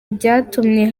byatumye